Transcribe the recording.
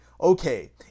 okay